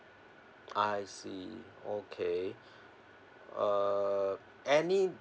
I see okay uh any